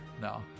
No